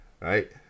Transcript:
right